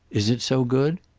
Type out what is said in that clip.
is it so good?